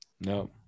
no